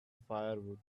firewood